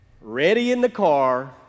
ready-in-the-car